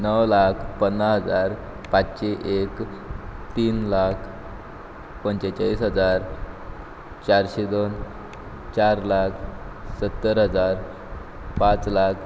णव लाख पन्नास हजार पांचशीं एक तीन लाख पंचेचाळीस हजार चारशे दोन चार लाख सत्तर हजार पांच लाख